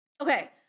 Okay